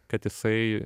kad jisai